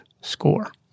score